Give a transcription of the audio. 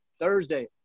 Thursday